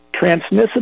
transmissible